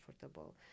comfortable